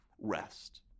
rest